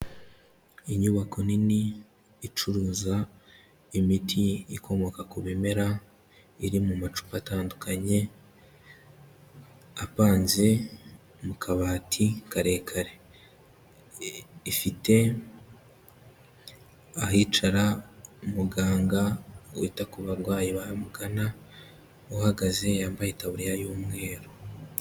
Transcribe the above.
Inyubako nini icuruza imiti ikomoka ku bimera iri mu macupa atandukanye, apanze mu kabati karekare, ifite ahicara muganga wita ku barwayi bamugana, uhagaze yambaye itaburiya y'umweru.